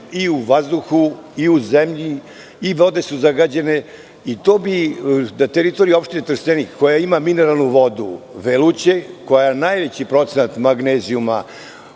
i u vazduhu i u zemlji i vode su zagađene, i to bi na teritoriji opštine Trstenik koja ima mineralnu vodu Veluće, koja je najveći procenat magnezijuma